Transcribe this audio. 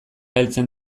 heltzen